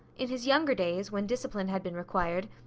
in his younger days, when discipline had been required,